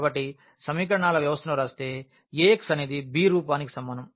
కాబట్టి సమీకరణాల వ్యవస్థను వ్రాస్తే Ax అనేది b రూపానికి సమానం